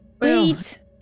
Wait